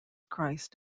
christ